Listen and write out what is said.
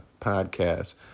podcast